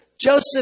Joseph